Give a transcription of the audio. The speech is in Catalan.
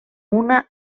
una